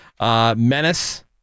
Menace